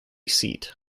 seat